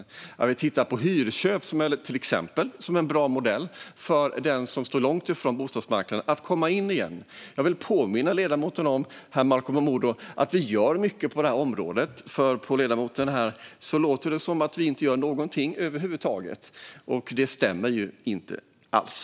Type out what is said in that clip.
Till exempel tittar vi på hyrköp som en bra modell för dem som står långt ifrån bostadsmarknaden. Jag vill påminna ledamoten, herr Malcolm Momodou, om att vi gör mycket på det här området. På ledamoten låter det som att vi inte gör någonting över huvud taget, men det stämmer ju inte alls.